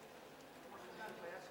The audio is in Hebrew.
ההצעה להעביר את